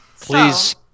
Please